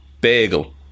bagel